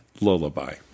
Lullaby